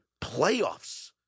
playoffs